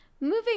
moving